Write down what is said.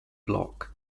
bloc